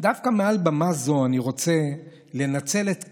דווקא מעל במה זו אני רוצה לנצל את כאבי,